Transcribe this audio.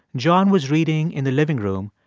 john was reading in the living room,